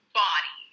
body